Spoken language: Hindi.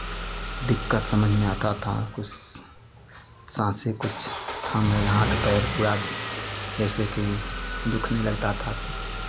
दिक्कत समझ में आता था कुछ साँसे कुछ थामे हाथ पैर पूरा जैसे कि दुखने लगता था